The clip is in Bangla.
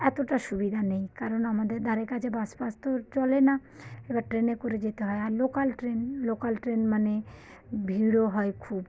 এতটা সুবিধা নেই কারণ আমাদের ধারে কাছে বাস ফাস তো চলে না এবার ট্রেনে করে যেতে হয় আর লোকাল ট্রেন লোকাল ট্রেন মানে ভিড়ও হয় খুব